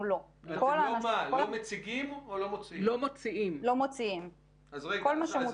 2,3 ו-4 אנחנו לוקחים את כל המגעים --- אז יש לי שאלה